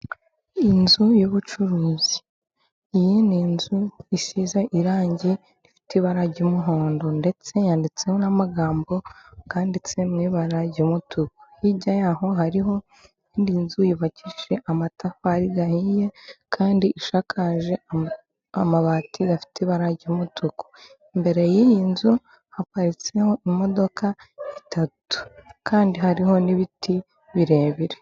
Inzu y'ubucuruzi; iyi ni inzu isize irangi rifite ibara ry'umuhondo ndetse yanditseho n'amagambo, yanditse mu ibara ry'umutuku. Hirya yaho hariho indi nzu yubakishije amatafari ahiye kandi ishakaje amabati afite ibara ry'umutuku, imbere y'iyi nzu haparitseho imodoka eshatu kandi hariho n'ibiti birebire.